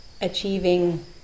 achieving